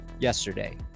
Yesterday